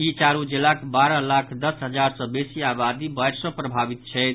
ई चारू जिलाक बारह लाख दस हजार सँ बेसी आबादी बाढ़ि सँ प्रभावित छथि